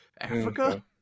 africa